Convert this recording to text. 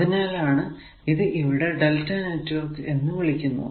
അതിനാലാണ് ഇത് ഇവിടെ Δ നെറ്റ്വർക്ക് എന്ന് വിളിക്കുന്നത്